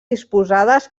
disposades